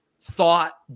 thought